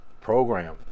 program